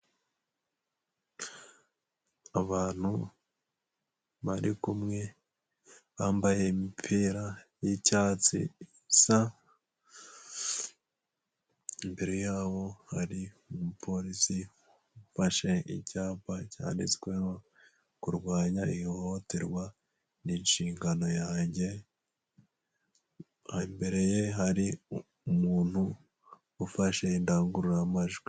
Abantu bari kumwe bambaye imipira y'icyatsi isa. Imbere yabo hari umupolisi ufashe icyapa cyanditsweho kurwanya ihohoterwa ni inshingano yanjye, imbere ye hari umuntu ufashe indangururamajwi.